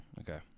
Okay